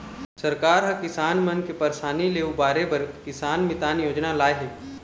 सरकार ह किसान मन के परसानी ले उबारे बर किसान मितान योजना लाए हे